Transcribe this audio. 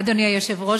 אדוני היושב-ראש,